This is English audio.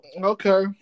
Okay